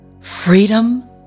freedom